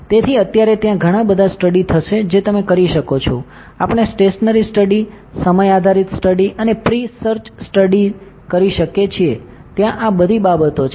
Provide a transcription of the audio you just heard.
તેથી અત્યારે ત્યાં ઘણાં બધાં સ્ટડી થશે જે તમે કરી શકો છો આપણે સ્ટેશનરી સ્ટડી સમય આધારિત સ્ટડી અને પ્રિ સર્ચ સ્ટડીસ કરી શકીએ છીએ ત્યાં આ બધી બાબતો છે